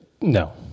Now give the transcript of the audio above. No